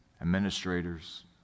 administrators